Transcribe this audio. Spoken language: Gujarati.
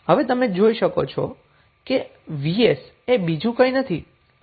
હવે તમે જોઈ શકો છો કે vs એ બીજું કંઈ નથી પરંતુ isR છે